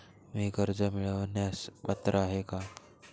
मी कर्ज मिळवण्यास पात्र आहे का?